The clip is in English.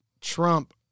Trump